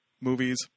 movies